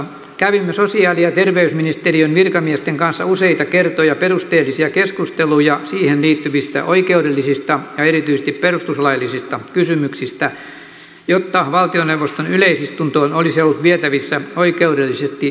kävimme sosiaali ja terveysministeriön virkamiesten kanssa useita kertoja perusteellisia keskusteluja siihen liittyvistä oikeudellisista ja erityisesti perustuslaillisista kysymyksistä jotta valtioneuvoston yleisistuntoon olisi ollut vietävissä oikeudellisesti moitteeton esitys